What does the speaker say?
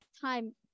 time